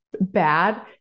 bad